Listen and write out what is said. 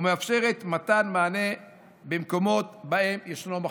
ומאפשרת מענה במקומות שבהם ישנו מחסור.